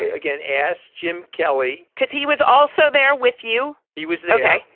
again as jim kelly because he was also there with you he was ok.